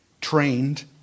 trained